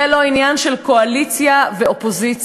זה לא עניין של קואליציה ואופוזיציה,